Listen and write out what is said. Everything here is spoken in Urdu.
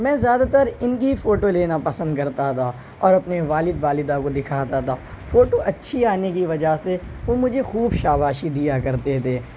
میں زیادہ تر ان کی ہی فوٹو لینا پسند کرتا تھا اور اپنے والد والدہ کو دکھاتا تھا فوٹو اچھی آنے کی وجہ سے وہ مجھے خوب شاباشی دیا کرتے تھے